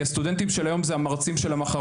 כי הסטודנטים של היום זה המרצים של המחר,